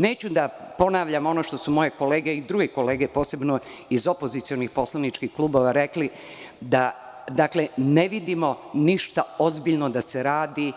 Neću da ponavljam ono što su moje kolege i druge kolege, posebno iz opozicionih poslaničkih klubova rekle, da ne vidimo ništa ozbiljno da se radi